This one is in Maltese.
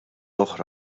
oħra